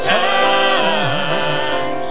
time